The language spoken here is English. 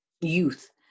youth